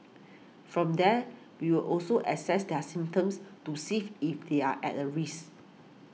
from there we'll also assess their symptoms to safe if they're at a risk